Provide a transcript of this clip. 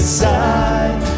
side